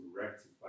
rectify